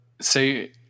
Say